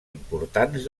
importants